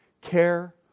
Care